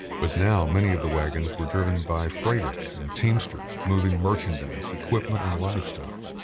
but now many of the wagons were driven by freighters and teamsters moving merchandise, equipment and livestock.